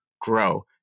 grow